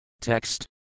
Text